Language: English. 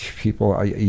people